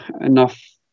enough